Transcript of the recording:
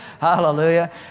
Hallelujah